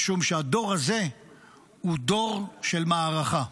משום שהדור הזה הוא דור של מערכה.